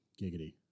Giggity